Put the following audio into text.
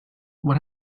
what